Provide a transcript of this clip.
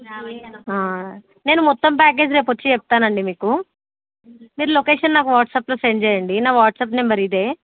నేను మొత్తం ప్యాకేజీ రేపు వచ్చి చెప్తాను అండి మీకు మీరు లొకేషన్ నాకు వాట్సాప్లో సెండ్ చేయండి నా వాట్సాప్ నంబర్ ఇదే